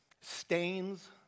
stains